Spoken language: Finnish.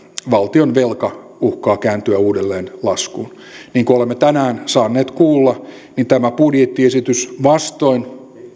valtionvelka uhkaa kääntyä uudelleen nousuun niin kuin olemme tänään saaneet kuulla tämä budjettiesitys vastoin